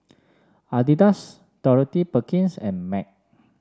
Adidas Dorothy Perkins and Mac